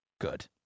good